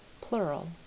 plural